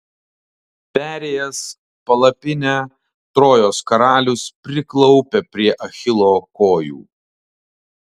perėjęs palapinę trojos karalius priklaupia prie achilo kojų